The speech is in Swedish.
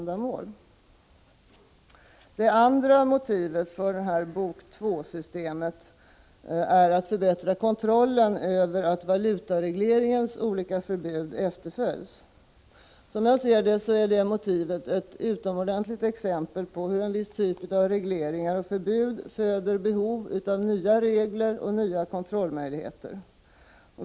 Det andra motivet för BOK II-systemet är att förbättra kontrollen över att valutaregleringens olika förbud efterföljs. Som jag ser det är det motivet ett utomordentligt exempel på hur en viss typ av regleringar och förbud föder behov av nya regler och nya kontrollmöjligheter.